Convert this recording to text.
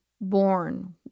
born